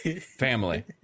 Family